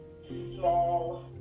small